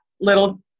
little